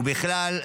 ובכלל,